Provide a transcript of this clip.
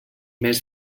més